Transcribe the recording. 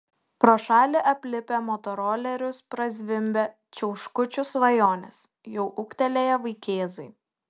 pro šalį aplipę motorolerius prazvimbia čiauškučių svajonės jau ūgtelėję vaikėzai